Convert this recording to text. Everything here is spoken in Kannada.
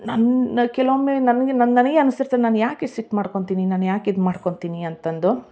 ನನ್ನ ನ ಕೆಲವೊಮ್ಮೆ ನನಗೆ ನನ್ನ ನನಗೆ ಅನ್ಸ್ತಿರ್ತು ನಾನು ಯಾಕೆ ಇಷ್ಟು ಸಿಟ್ಟು ಮಾಡ್ಕೊಳ್ತೀನಿ ನಾನು ಯಾಕೆ ಇದು ಮಾಡ್ಕೊಳ್ತೀನಿ ಅಂತಂದು